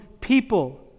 people